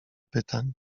pytań